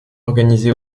organisé